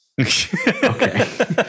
Okay